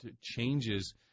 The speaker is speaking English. changes